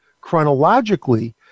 chronologically